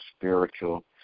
spiritual